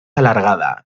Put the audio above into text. alargada